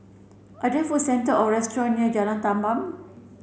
are there food centre or restaurants near Jalan Tamban